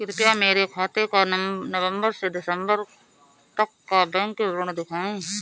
कृपया मेरे खाते का नवम्बर से दिसम्बर तक का बैंक विवरण दिखाएं?